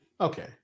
Okay